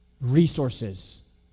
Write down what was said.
resources